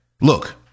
Look